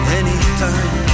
anytime